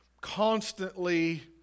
constantly